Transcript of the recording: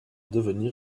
devenir